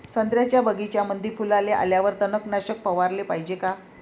संत्र्याच्या बगीच्यामंदी फुलाले आल्यावर तननाशक फवाराले पायजे का?